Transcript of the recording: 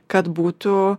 kad būtų